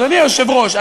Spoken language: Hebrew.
אדוני היושב-ראש,